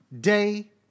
day